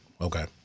okay